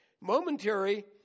momentary